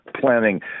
planning